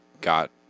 got